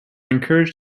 encouraged